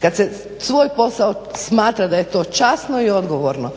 kad se svoj posao smatra da je to časno i odgovorno.